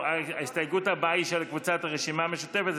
ההסתייגות הבאה היא של קבוצת הרשימה המשותפת,